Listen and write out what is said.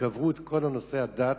וקברו את כל נושא הדת.